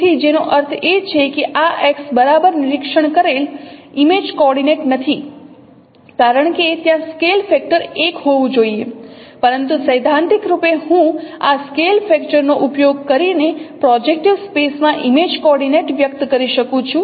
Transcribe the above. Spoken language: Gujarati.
તેથી જેનો અર્થ છે કે આ x બરાબર નિરીક્ષણ કરેલ ઇમેજ કોઓર્ડિનેટ નથી કારણ કે ત્યાં સ્કેલ ફેક્ટર 1 હોવું જોઈએ પરંતુ સૈદ્ધાંતિક રૂપે હું આ સ્કેલ ફેક્ટર નો ઉપયોગ કરીને પ્રોજેક્ટીવ સ્પેસ માં ઇમેજ કોઓર્ડિનેટ વ્યક્ત કરી શકું છું